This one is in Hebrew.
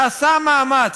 נעשה מאמץ,